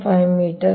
5 metre